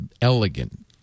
elegant